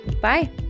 Bye